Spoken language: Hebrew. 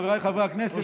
חבריי חברי הכנסת,